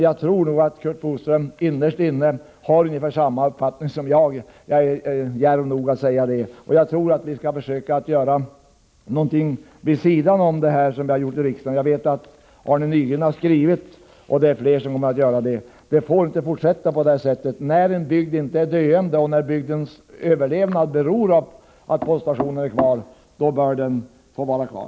Jag tror att Curt Boström innerst inne har ungefär samma uppfattning som jag — jag är djärv nog att säga det. Vi skall försöka göra någonting vid sidan av det vi kan göra i riksdagen. Arne Nygren har skrivit till postverket, och det är fler som kommer att göra det. Det får inte fortsätta på det här sättet. När en bygd inte är döende men då bygdens överlevnad är beroende av att poststationen är kvar, bör den också få vara kvar.